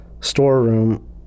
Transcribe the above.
storeroom